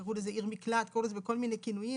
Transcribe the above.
קראו לזה עיר מקלט ובכל מיני כינויים.